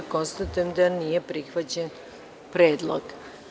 Konstatujem da nije prihvaćen predlog.